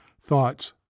Thoughts